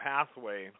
Pathway